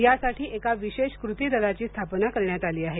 या साठी एका विशेष कृती दलाची स्थापना करण्यात आली आहे